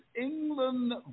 England